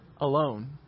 alone